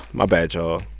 my bad, y'all.